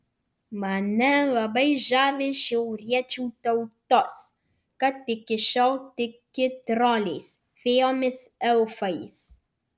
mane labai žavi šiauriečių tautos kad iki šiol tiki troliais fėjomis elfais